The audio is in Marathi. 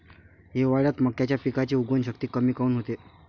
हिवाळ्यात मक्याच्या पिकाची उगवन शक्ती कमी काऊन होते?